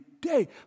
day